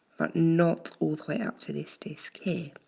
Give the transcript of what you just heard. but not all the way up to this disk here.